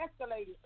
escalated